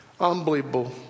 unbelievable